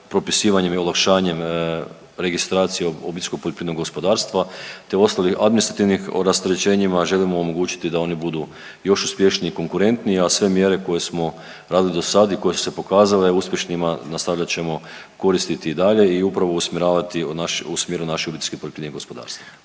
propisivanjem i olakšavanjem registracija OPG-a, te ostalih administrativnih o rasterećenjima, želimo omogućiti da oni budu još uspješniji i konkurentniji, a sve mjere koje smo radili dosad i koje su se pokazale uspješnima nastavljat ćemo koristiti i dalje i upravo usmjeravati u smjeru naših OPG-ova.